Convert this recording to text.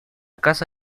casa